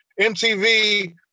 MTV